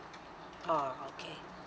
oh okay